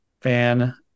fan